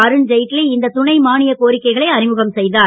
அருண்ஜெய்ட்லி இந்த துணை மானியக் கோரிக்கைகளை அறிமுகம் செய்தார்